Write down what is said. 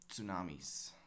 Tsunamis